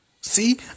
See